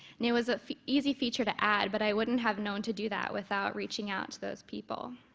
and it was a easy feature to add, but i wouldn't have known to do that without reaching out to those people.